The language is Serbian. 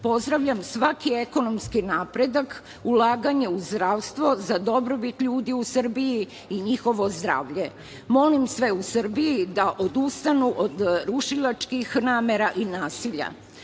pozdravljam svaki ekonomski napredak, ulaganje u zdravstvo za dobrobit ljudi u Srbiji i njihovo zdravlje. Molim sve u Srbiji da odustanu od rušilačkih namera i nasilja.Rušenje